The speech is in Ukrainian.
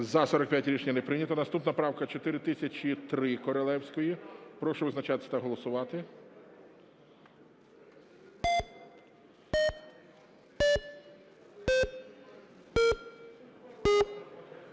За-45 Рішення не прийнято. Наступна правка 4003 Королевської. Прошу визначатися та голосувати.